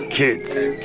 Kids